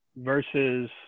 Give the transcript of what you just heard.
versus